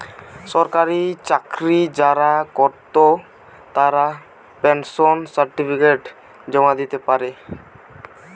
সরকারি চাকরি যারা কোরত তারা পেনশন সার্টিফিকেট জমা দিতে পারে